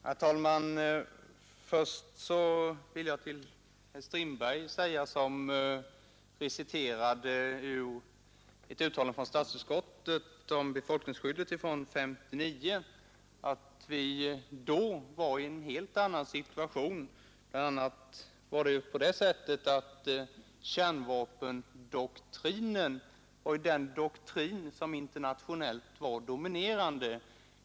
Herr talman! Först vill jag säga till herr Strindberg, som citerade ett Måndagen den uttalande av statsutskottet från 1959 om befolkningsskyddet, att vi då 29 maj 1972 var i en helt annan situation. Bl. a. dominerade kärnvapendoktrinen på det internationella planet.